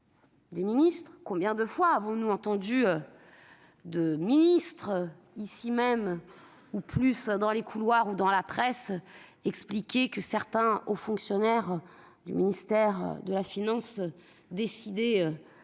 du mandat. Combien de fois avons-nous entendu des ministres, ici même ou plus souvent dans les couloirs ou dans la presse, expliquer que certains hauts fonctionnaires du ministère des finances décidaient